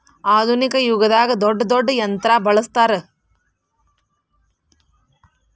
ಆದುನಿಕ ಯುಗದಾಗ ದೊಡ್ಡ ದೊಡ್ಡ ಯಂತ್ರಾ ಬಳಸ್ತಾರ